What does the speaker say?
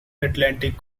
atlantic